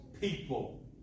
people